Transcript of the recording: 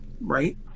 Right